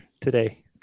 today